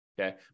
Okay